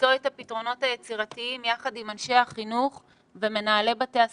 למצוא את הפתרונות היצירתיים יחד עם אנשי החינוך ומנהלי בתי הספר.